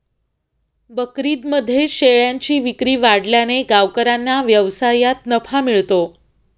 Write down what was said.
बकरीदमध्ये शेळ्यांची विक्री वाढल्याने गावकऱ्यांना व्यवसायात नफा मिळतो